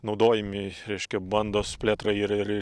naudojami reiškia bandos plėtrai ir ir ir